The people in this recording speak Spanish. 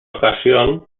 ocasión